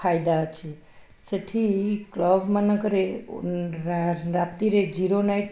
ଫାଇଦା ଅଛି ସେଠି କ୍ଲବ୍ ମାନଙ୍କରେ ରାତିରେ ଜିରୋ ନାଇଟ୍